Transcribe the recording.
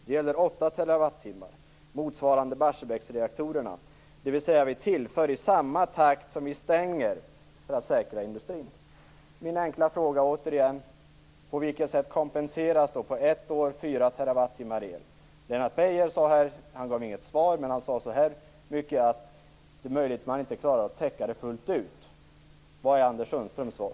Det gäller 8 TWh, motsvarande Barsebäcksreaktorerna, dvs. vi tillför i samma takt som vi stänger för att säkra industrin." Min enkla fråga är återigen: På vilket sätt kompenseras på ett år 4 TWh el? Lennart Beijer gav inget svar, men han sade att det är möjligt att man inte klarar att täcka det fullt ut. Vad är Anders Sundströms svar?